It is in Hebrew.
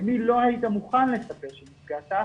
למי לא היית מוכן לספר שנפגעת,